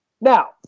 Now